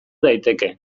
daiteke